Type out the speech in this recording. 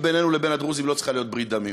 בינינו לבין הדרוזים לא צריכה להיות ברית דמים,